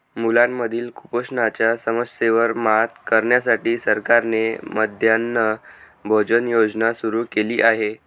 मुलांमधील कुपोषणाच्या समस्येवर मात करण्यासाठी सरकारने मध्यान्ह भोजन योजना सुरू केली आहे